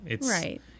Right